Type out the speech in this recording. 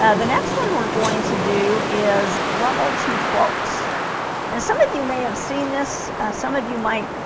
ah the next one we're going to do is level two quotes and some of you may have seen this some of you might